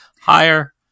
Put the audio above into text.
higher